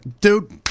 dude